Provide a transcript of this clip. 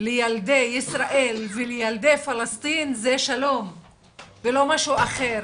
לילדי ישראל ולילדי פלסטין, זה שלום ולא משהו אחר.